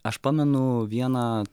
aš pamenu vieną